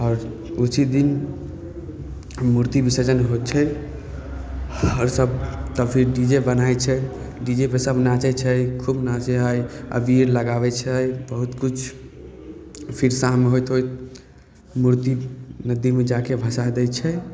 आओर उसी दिन मुरति विसर्जन होइ छै आओर सभ तब फिर डी जे बन्हाइ छै डी जे पर सभ नाचै छै खूब नाचै हइ अबीर लगाबै छै बहुत किछु फेर शाम होइत होइत मुरति नदीमे जाके भसा दै छै